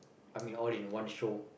I mean all in one show